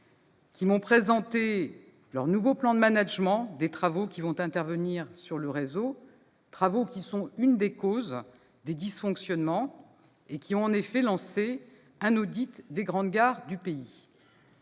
qui m'ont présenté leur nouveau plan de management des travaux qui vont intervenir sur le réseau, travaux qui sont une des causes de dysfonctionnement ; ils vont également engager un audit des grandes gares du pays.